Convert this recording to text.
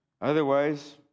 Otherwise